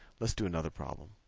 let's do another problem.